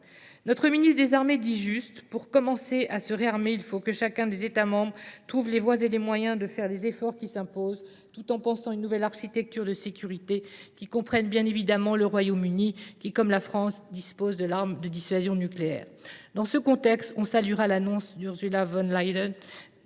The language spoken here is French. Notre ministre des armées dit juste : pour commencer à se réarmer, il faut que chacun des États membres trouve les voies et moyens de faire les efforts qui s’imposent, tout en pensant une nouvelle architecture de sécurité comprenant, bien évidemment, le Royaume Uni qui, comme la France, dispose de la dissuasion nucléaire. Dans ce contexte, je salue l’annonce d’Ursula von der